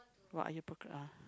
what are you procras~ uh